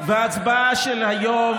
וההצבעה של היום,